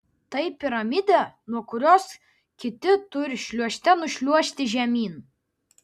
tai piramidė nuo kurios kiti turi šliuožte nušliuožti žemyn